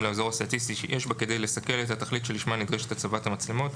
לאזור הסטטיסטי יש בה כדי לסכל את התכלית לשמה נדרשת הצבת המצלמות,